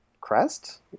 crest